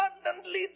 abundantly